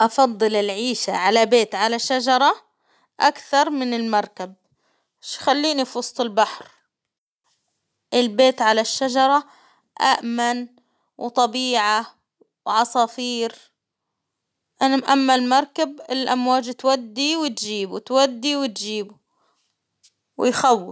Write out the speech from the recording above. أفضل العيشة على بيت على الشجرة أكثر من المركب، خليني في وسط البحر، البيت على الشجرة أأمن، وطبيعة وعصافير، أنا مأمل مركب، الأمواج تودي وتجيب وتودي وتجيب ويخوف.